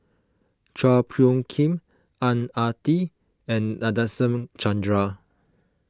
Chua Phung Kim Ang Ah Tee and Nadasen Chandra